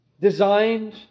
designed